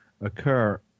occur